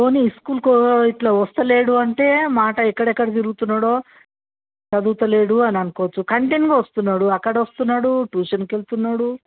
పోనీ స్కూలుకు ఇట్ల వస్తలేడు అంటే మాట ఎక్కడెక్కడ తిరుగుతున్నాడో చదువుతలేడు అని అనుకోవచ్చు కంటెన్యూగా వస్తున్నాడు అక్కడ వస్తున్నాడు ట్యూషన్కి వెళ్తున్నాడు